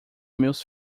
meus